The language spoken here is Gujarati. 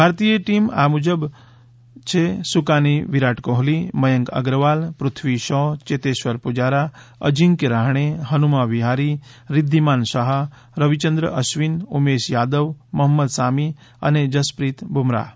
ભારતીય ટીમ આ મુજબ છે સુકાની વિરાટ કોહલી મયંક અગ્રવાલ પૃથ્વી શૉ ચેતેઘર પૂજારા અજીંક્ય રહાણે હનુમા વિહારી રિધ્ધીમાન સહા રવિચંદ્ર અશ્વીન ઉમેશ યાદવ મહંમદ સામી અને જસપ્રીત બુમરાહ્